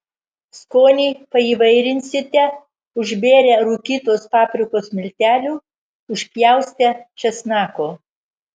skonį paįvairinsite užbėrę rūkytos paprikos miltelių užpjaustę česnako